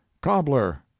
cobbler